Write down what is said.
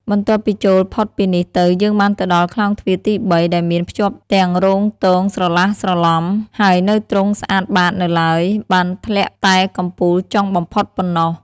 បន្ទាប់ពីចូលផុតពីនេះទៅយើងបានទៅដល់ខ្លោងទ្វារទី ៣ ដែលមានភ្ជាប់ទាំងរោងទងស្រឡះស្រឡំ ហើយនៅទ្រង់ស្អាតបាតនៅឡើយ បាក់ធ្លាក់តែកំពូលចុងបំផុតប៉ុណ្ណោះ ។